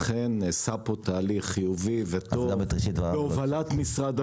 אכן נעשה פה תהליך חיובי וטוב בהובלת משרד הבריאות.